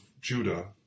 Judah